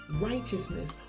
righteousness